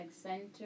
center